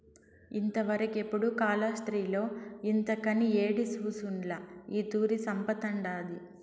ఇంతవరకెపుడూ కాలాస్త్రిలో ఇంతకని యేడి సూసుండ్ల ఈ తూరి సంపతండాది